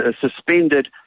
suspended